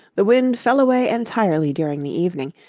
the wind fell away entirely during the evening,